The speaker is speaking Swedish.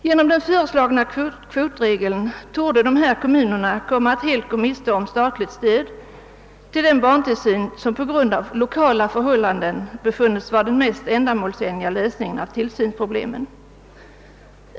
Genom den föreslagna kvotregeln torde nämligen dessa kommuner komma att helt gå miste om statligt stöd till den barntillsyn som på grund av lokala förhållanden befunnits vara den mest ändamålsenliga lösningen av tillsynsproblemen.